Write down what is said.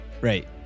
Right